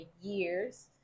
years